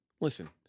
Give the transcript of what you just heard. Listen